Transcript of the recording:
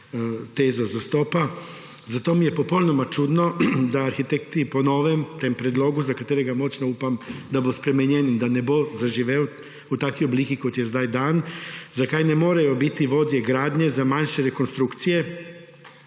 tezo zastopa. Zato mi je popolnoma čudno, da arhitekti po tem novem predlogu, za katerega močno upam, da bo spremenjen in ne bo zaživel v taki obliki, kot je zdaj dan, ne morejo biti vodje gradnje za manjše rekonstrukcije